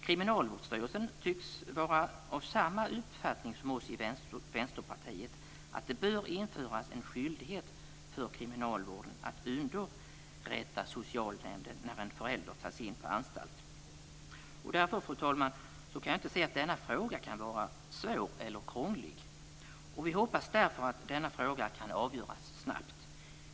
Kriminalvårdsstyrelsen tycks vara av samma uppfattning som vi i Vänsterpartiet när det gäller att det bör införas en skyldighet för kriminalvården att underrätta socialnämnden när en förälder tas in på anstalt. Därför, fru talman, kan jag inte se att denna fråga kan vara svår eller krånglig. Vi hoppas därför att denna fråga kan avgöras snabbt.